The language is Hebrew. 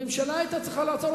הממשלה היתה צריכה לעצור,